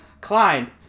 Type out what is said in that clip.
Klein